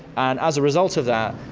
and as a result of that,